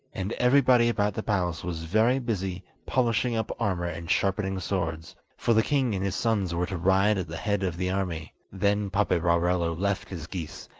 and everybody about the palace was very busy polishing up armour and sharpening swords, for the king and his sons were to ride at the head of the army. then paperarello left his geese,